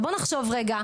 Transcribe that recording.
בואו נחשוב רגע,